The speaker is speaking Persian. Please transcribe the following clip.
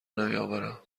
نمیآورم